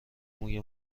موی